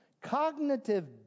Cognitive